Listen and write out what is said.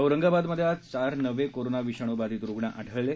औरंगाबादमधे आज चार नवे कोरोना विषाणू बाधीत रुग्ण आढळले आहेत